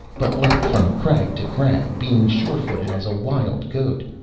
but leapt from crag to crag, being sure-footed as a wild goat,